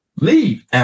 leave